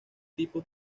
tipos